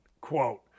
quote